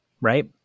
right